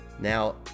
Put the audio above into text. now